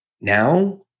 Now